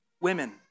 women